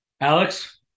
Alex